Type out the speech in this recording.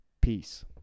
Peace